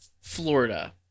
Florida